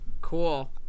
Cool